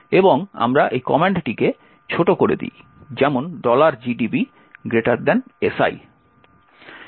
এবং আমরা এই কমান্ডটিকে ছোট করে দিই যেমন gdbsi